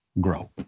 grow